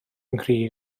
nghri